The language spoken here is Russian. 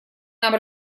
нам